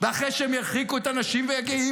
ואחרי שהם ירחיקו את הנשים והגאים,